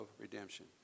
redemption